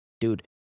dude